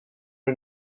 une